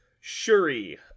Shuri